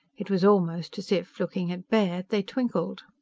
it was almost as if, looking at baird, they twinkled.